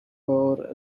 bore